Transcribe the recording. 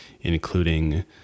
including